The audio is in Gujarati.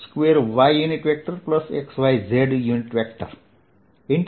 Axxy2yxyz A